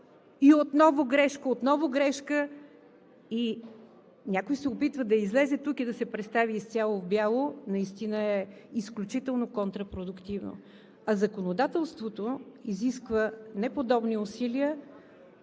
отново грешка и отново грешка и някой да се опитва да излезе тук и да се представи изцяло в бяло наистина е изключително контрапродуктивно. А законодателството изисква не подобни усилия,